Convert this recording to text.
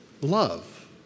love